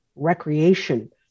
Recreation